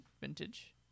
vintage